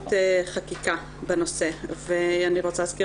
באמצעות חקיקה בנושא ואני רוצה להזכיר